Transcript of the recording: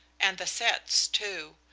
and the sets, too.